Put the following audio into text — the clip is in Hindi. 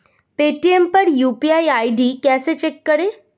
पेटीएम पर यू.पी.आई आई.डी कैसे चेक करें?